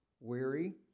weary